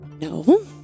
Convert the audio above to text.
No